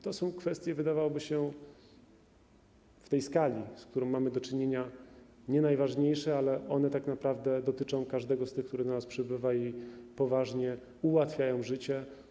To są kwestie, wydawałoby się, w tej skali, z którą mamy do czynienia, nie najważniejsze, ale one tak naprawdę dotyczą każdego, który do na przybywa, i poważnie ułatwiają życie.